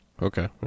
Okay